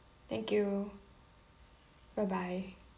thank you bye bye